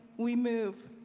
we move.